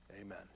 Amen